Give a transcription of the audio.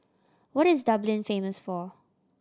what is Dublin famous for